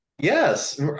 Yes